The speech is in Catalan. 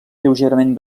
lleugerament